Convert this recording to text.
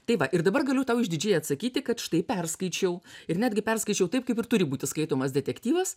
tai va ir dabar galiu tau išdidžiai atsakyti kad štai perskaičiau ir netgi perskaičiau taip kaip ir turi būti skaitomas detektyvas